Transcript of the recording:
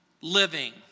living